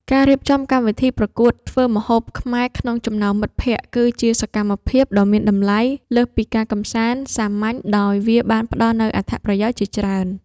ការរៀបចំកម្មវិធីប្រកួតធ្វើម្ហូបខ្មែរក្នុងចំណោមមិត្តភក្តិ គឺជាសកម្មភាពដ៏មានតម្លៃលើសពីការកម្សាន្តសាមញ្ញ ដោយវាបានផ្ដល់នូវអត្ថប្រយោជន៍ជាច្រើន។